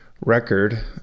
record